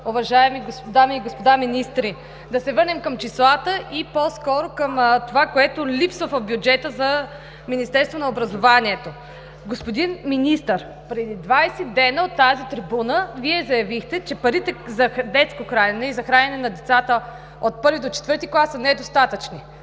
уважаеми дами и господа министри! Да се върнем към числата и по-скоро към това, което липсва в бюджета за Министерството на образованието. Господин Министър, преди 20 дни от тази трибуна Вие заявихте, че парите за детско хранене и за хранене на децата от I до IV клас са недостатъчни.